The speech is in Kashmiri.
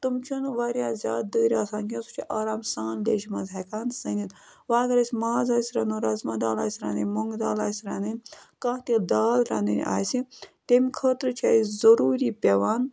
تِم چھِنہٕ واریاہ زیادٕ دٔرۍ آسان کیٚنٛہہ سُہ چھُ آرام سان لیٚجہِ منٛز ہٮ۪کان سٔنِتھ وۄنۍ اگر اَسہِ ماز آسہِ رَنُن رَزما دال آسہِ رَنٕنۍ مۄنٛگہٕ دال آسہِ رَنٕنۍ کانٛہہ تہِ دال رَنٕنۍ آسہِ تَمہِ خٲطرٕ چھِ اَسہِ ضٔروٗری پٮ۪وان